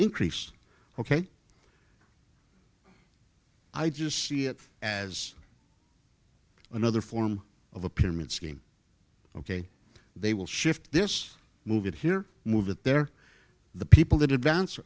increase ok i just see it as another form of a pyramid scheme ok they will shift this move here move that they're the people that advance